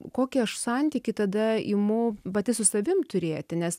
kokį aš santykį tada imu pati su savim turėti nes